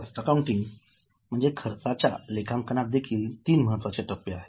cost accounting म्हणजे खर्चाच्या लेखांकनात देखील तीन महत्त्वाच्या टप्पे आहेत